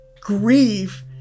grieve